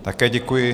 Také děkuji.